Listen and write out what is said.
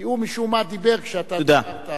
כי הוא, משום מה, דיבר כשאתה דיברת.